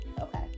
Okay